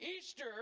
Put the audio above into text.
Easter